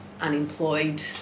unemployed